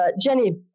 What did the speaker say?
Jenny